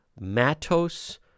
Matos